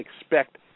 expect